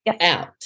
out